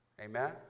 Amen